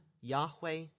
Yahweh